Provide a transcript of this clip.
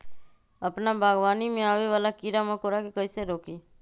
अपना बागवानी में आबे वाला किरा मकोरा के कईसे रोकी?